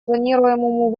планируемому